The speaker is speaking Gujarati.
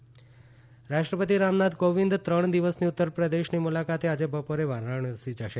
રાષ્ટ્રપતિ યુપી રાષ્ટ્રપતિ રામનાથ કોવિંદ ત્રણ દિવસની ઉત્તરપ્રદેશની મુલાકાતે આજે બપોરે વારાણસી જશે